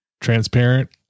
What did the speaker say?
transparent